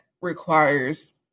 requires